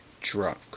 drunk